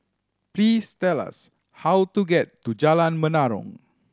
please tell us how to get to Jalan Menarong